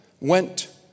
went